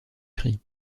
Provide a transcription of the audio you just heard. christ